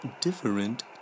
Different